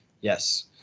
Yes